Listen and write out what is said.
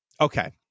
Okay